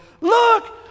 look